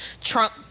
trump